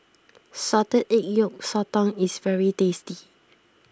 Salted Egg Yolk Sotong is very tasty